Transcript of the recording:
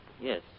Yes